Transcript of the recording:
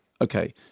Okay